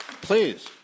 Please